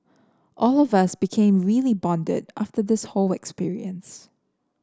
all of us became really bonded after this whole experience